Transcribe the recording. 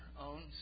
own